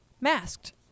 masked